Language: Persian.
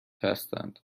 هستند